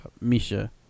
Misha